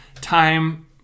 time